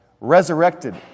resurrected